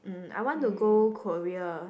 um I want to go Korea